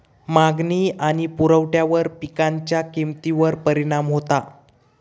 मागणी आणि पुरवठ्यावर पिकांच्या किमतीवर परिणाम होता